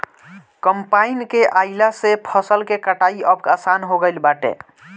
combine के आइला से फसल के कटाई अब आसान हो गईल बाटे